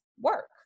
work